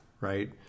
right